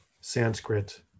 Sanskrit